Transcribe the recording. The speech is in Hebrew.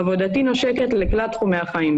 עבודתי נושקת לכלל תחומי החיים,